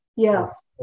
Yes